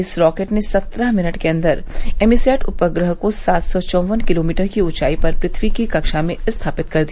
इस रॉकेट ने सत्रह मिनट के अंदर एमीसैट उपग्रह को सात सौ चौवन किलोमीटर की ऊंचाई पर पृथ्वी की कक्षा में स्थापित कर दिया